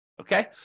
Okay